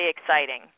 exciting